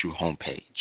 homepage